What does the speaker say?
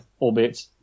albeit